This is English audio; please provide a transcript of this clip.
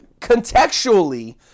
contextually